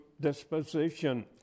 disposition